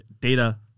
data